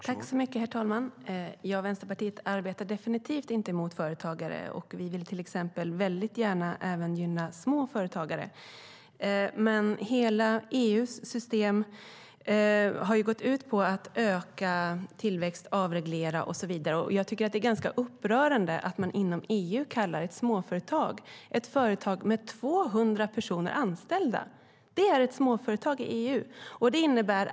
Herr ålderspresident! Vänsterpartiet arbetar definitivt inte emot företagare. Vi vill till exempel gärna gynna små företagare. Hela EU:s system har gått ut på att öka tillväxt, avreglera och så vidare. Det är ganska upprörande att ett företag med 200 anställda kallas småföretag inom EU.